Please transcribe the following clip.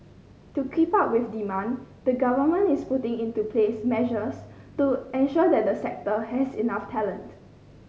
to keep up with demand the government is putting into place measures to ensure that the sector has enough talent